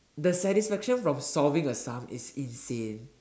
the satisfaction from solving a Sum is insane